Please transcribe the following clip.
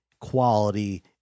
quality